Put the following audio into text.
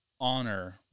honor